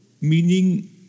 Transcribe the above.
meaning